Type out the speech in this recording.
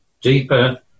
deeper